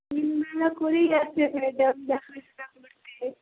তিনবেলা করেই আসে ম্যাডাম দেখাশোনা করতে